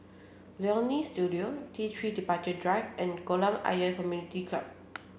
Leonie Studio T Three Departure Drive and Kolam Ayer Community Club